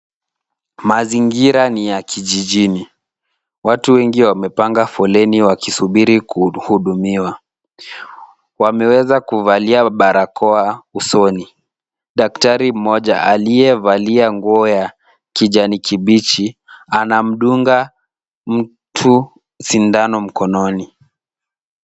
Mazingira ni ya kijijini. Watu wengi wamepanga foleni wakisubiri kuhudumiwa. Wameweza kuvalia barakoa usoni. Daktari mmoja aliyevalia nguo ya kijani kibichi, anamdunga mtu sindano mkononi.